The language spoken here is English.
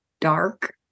dark